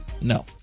No